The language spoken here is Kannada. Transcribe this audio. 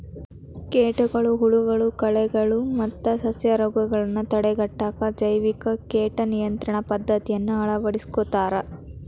ಕೇಟಗಳು, ಹುಳಗಳು, ಕಳೆಗಳು ಮತ್ತ ಸಸ್ಯರೋಗಗಳನ್ನ ತಡೆಗಟ್ಟಾಕ ಜೈವಿಕ ಕೇಟ ನಿಯಂತ್ರಣ ಪದ್ದತಿಯನ್ನ ಅಳವಡಿಸ್ಕೊತಾರ